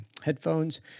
headphones